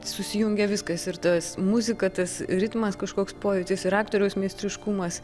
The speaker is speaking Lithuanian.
susijungia viskas ir tas muzika tas ritmas kažkoks pojūtis ir aktoriaus meistriškumas